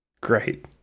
great